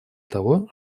того